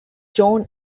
john